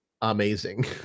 amazing